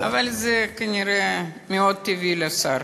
אבל זה כנראה מאוד טבעי לשר.